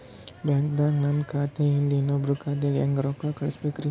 ಬ್ಯಾಂಕ್ದಾಗ ನನ್ ಖಾತೆ ಇಂದ ಇನ್ನೊಬ್ರ ಖಾತೆಗೆ ಹೆಂಗ್ ರೊಕ್ಕ ಕಳಸಬೇಕ್ರಿ?